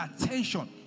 attention